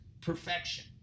perfection